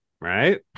Right